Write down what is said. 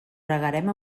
regarem